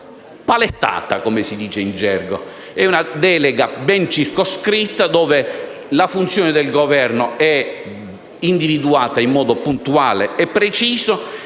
"palettata", come si dice in gergo, ben circoscritta, dove la funzione del Governo è individuata in modo puntuale e preciso.